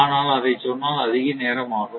ஆனால் அதை சொன்னால் அதிக நேரம் ஆகும்